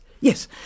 yes